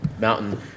mountain